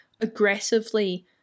aggressively